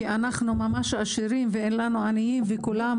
כי אנחנו ממש עשירים ואין לנו עניים וכולם